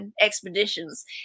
expeditions